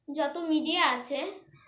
যত মিডিয়া আছে